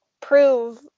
prove